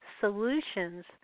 solutions